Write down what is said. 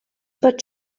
but